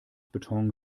beton